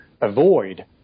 avoid